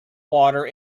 water